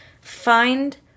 find